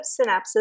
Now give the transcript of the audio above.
synapses